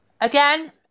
Again